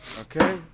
Okay